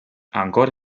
ancora